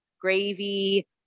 gravy